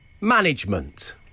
management